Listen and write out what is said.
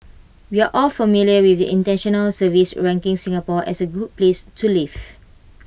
we're all familiar with the International surveys ranking Singapore as A good place to live